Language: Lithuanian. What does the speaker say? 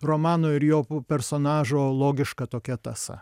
romano ir jo personažo logiška tokia tąsa